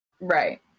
right